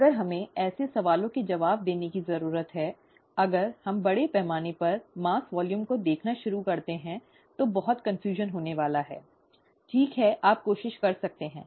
अगर हमें ऐसे सवालों के जवाब देने की ज़रूरत है अगर हम बड़े पैमाने पर मॉस वॉल्यूम को देखना शुरू करते हैं तो बहुत कन्फ्यूजन होने वाला है ठीक है आप कोशिश कर सकते हैं